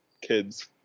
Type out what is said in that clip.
kid's